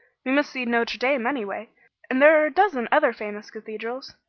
must see notre dame, anyway and there are a dozen other famous cathedrals.